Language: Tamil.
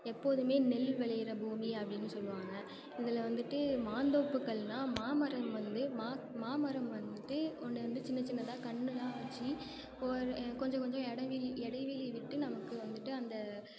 எப்போதும் நெல் விளையிற பூமி அப்படின்னு சொல்லுவாங்க இதில் வந்துட்டு மாந்தோப்புகள்னா மாமரம் வந்து மா மாமரம் வந்துட்டு ஒன்று வந்து சின்னசின்னதாக கன்னுலாம் வச்சி போகிற கொஞ்சம் கொஞ்சம் இடைவெளி இடைவெளி விட்டு நமக்கு வந்துட்டு அந்த